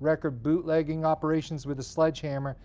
record bootlegging operations with a sledgehammer,